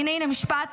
הינה, הינה, משפט.